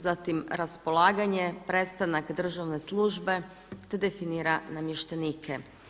Zatim raspolaganje, prestanak državne službe, te definira namještenike.